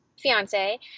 fiance